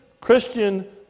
Christian